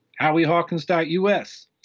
HowieHawkins.us